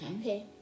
Okay